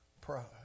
pride